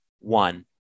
one